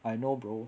I know bro